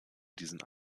diesen